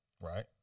Right